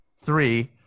three